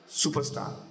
superstar